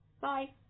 Bye